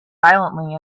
violently